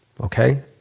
okay